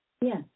Yes